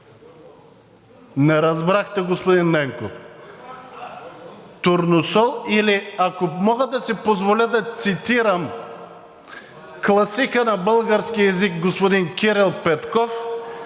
Не разбрахте, господин Ненков. Турносол или, ако мога да си позволя да цитирам класика на българския език господин Кирил Петков,